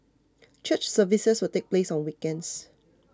church services will take place on weekends